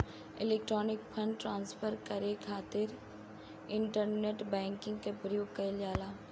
electronic fund transfer करे खातिर internet banking के प्रयोग कईल जाला